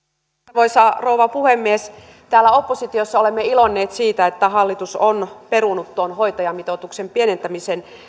arvoisa rouva puhemies täällä oppositiossa olemme iloinneet siitä että hallitus on perunut tuon hoitajamitoituksen pienentämisen